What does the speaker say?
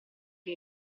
che